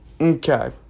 Okay